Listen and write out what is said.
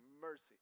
mercy